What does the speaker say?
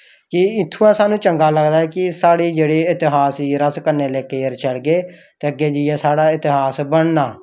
कि उत्थुआं सानूं चंगा लगदा कि साढ़े जेह्ड़ा इतिहास जेह्ड़ा अस कन्नै लेके चलगे ते अग्गें जाइयै साढ़ा इतिहास बनना